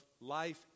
life